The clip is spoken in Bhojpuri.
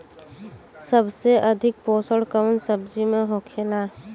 सबसे अधिक पोषण कवन सब्जी में होखेला?